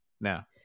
now